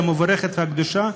המבורכת והקדושה.